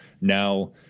now